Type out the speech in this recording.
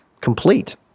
complete